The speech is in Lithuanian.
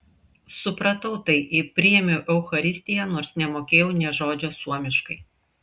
supratau tai ir priėmiau eucharistiją nors nemokėjau nė žodžio suomiškai